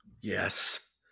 Yes